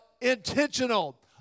intentional